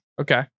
Okay